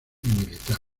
militar